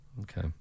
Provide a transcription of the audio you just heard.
Okay